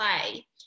play